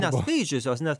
neskaičiusios nes